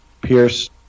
Pierce